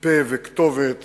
פה וכתובת